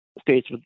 states